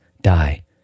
die